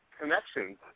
connections